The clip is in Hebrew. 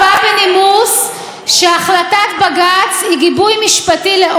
שמערכת משפטית כזאת אינה ראויה להיקרא כך,